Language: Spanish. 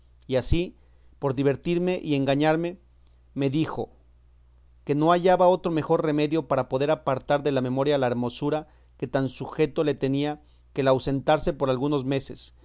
y así por divertirme y engañarme me dijo que no hallaba otro mejor remedio para poder apartar de la memoria la hermosura que tan sujeto le tenía que el ausentarse por algunos meses